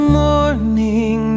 morning